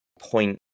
point